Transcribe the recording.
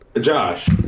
Josh